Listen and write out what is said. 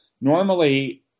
Normally